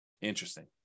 Interesting